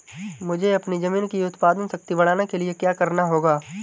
मुझे अपनी ज़मीन की उत्पादन शक्ति बढ़ाने के लिए क्या करना होगा?